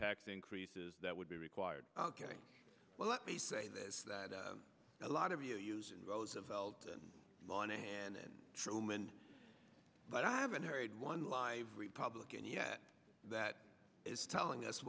tax increases that would be required ok well let me say this that a lot of you using roosevelt and lonnie and truman but i haven't heard one live republic and yet that is telling us